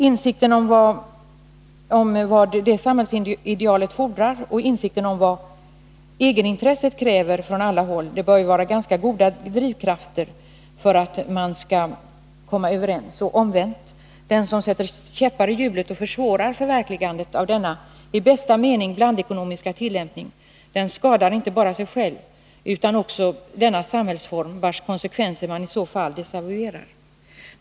Insikten om vad det samhällsidealet fordrar och insikten om vad egenintresset kräver från alla håll bör vara ganska goda drivkrafter för att man skall komma överens. Och omvänt: den som sätter käppar i hjulet och försvårar förverkligandet av denna i bästa mening blandekonomiska tillämpning, den skadar inte bara sig själv utan också samhällsformen som sådan, vars konsekvenser man i så fall desavouerar.